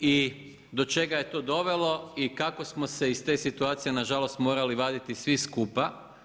i do čega je to dovelo i kako smo se iz te situacije, nažalost morali vaditi svi skupa.